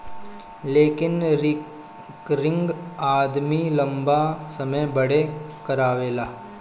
लेकिन रिकरिंग आदमी लंबा समय बदे करावेला